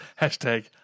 Hashtag